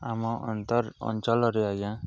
ଆମ ଅନ୍ତ ଅଞ୍ଚଳରେ ଆଜ୍ଞା